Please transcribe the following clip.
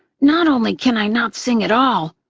not only can i not sing at all,